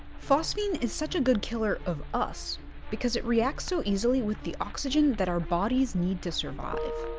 phosphine is such a good killer of us because it reacts so easily with the oxygen that our bodies need to survive.